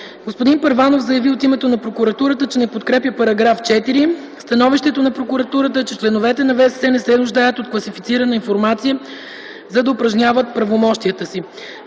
Господин Първанов заяви от името на Прокуратурата, че не подкрепя § 4. Становището на Прокуратурата е, че членовете на ВСС не се нуждаят от класифицирана информация, за да упражняват правомощията си.